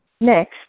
Next